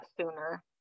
sooner